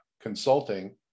consulting